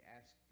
ask